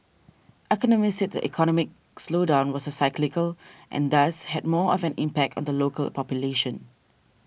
economists said the economic slowdown was cyclical and thus had more of an impact on the local population